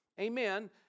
amen